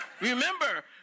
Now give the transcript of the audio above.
Remember